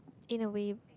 in a way